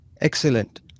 Excellent